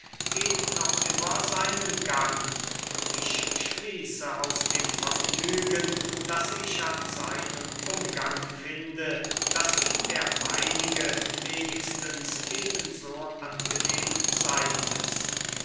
geht noch immer seinen gang und ich schließe aus dem vergnügen das ich an seinem umgang finde daß ihm der meinige wenigstens eben so angenehm seyn müsse